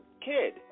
kid